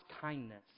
kindness